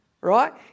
right